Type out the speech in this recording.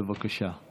בבקשה.